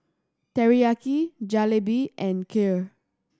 Teriyaki Jalebi and Kheer